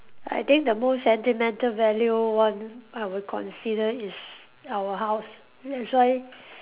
I think the most sentimental value one I will consider is our house that's why